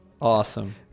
Awesome